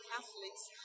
Catholics